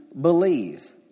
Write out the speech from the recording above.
believe